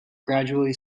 gradually